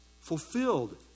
fulfilled